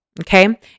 Okay